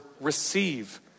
receive